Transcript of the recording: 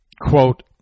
quote